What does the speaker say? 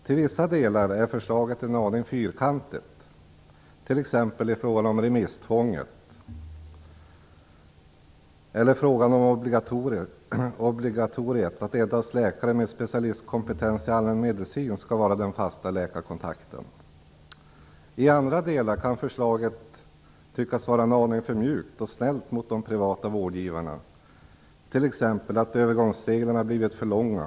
Till vissa delar är förslaget en aning fyrkantigt, t.ex. i fråga om remisstvånget eller obligatoriet att endast läkare med specialistkompetens i allmänmedicin skall vara den fasta läkarkontakten. I andra delar kan förslaget tyckas vara en aning för mjukt och snällt mot de privata vårdgivarna, t.ex. att övergångsreglerna har blivit för långa.